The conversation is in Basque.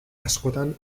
askotan